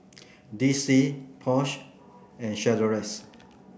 D C Porsche and Chateraise